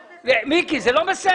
איך זה יכול להיות?